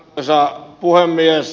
arvoisa puhemies